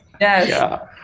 Yes